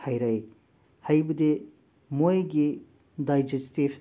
ꯍꯥꯏꯔꯦ ꯍꯥꯏꯕꯗꯤ ꯃꯣꯏꯒꯤ ꯗꯥꯏꯖꯦꯁꯇꯤꯐ